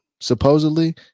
supposedly